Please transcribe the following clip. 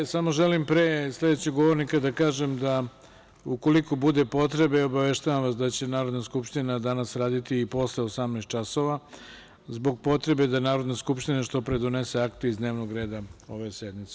Samo želim pre sledećeg govornika da kažem da ukoliko bude potrebe, obaveštavam vas da će Narodna skupština danas raditi i posle 18,00 časova zbog potrebe da Narodna skupština što pre donese akte iz dnevnog reda ove sednice.